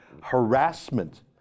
harassment